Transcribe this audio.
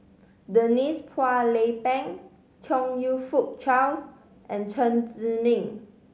Denise Phua Lay Peng Chong You Fook Charles and Chen Zhiming